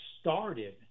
started